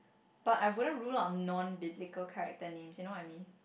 but I wouldn't rule on non typical character names you know what I mean